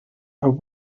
are